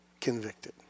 convicted